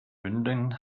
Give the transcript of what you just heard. hündin